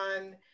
on